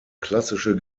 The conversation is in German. klassische